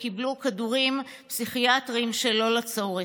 והן קיבלו כדורים פסיכיאטריים שלא לצורך.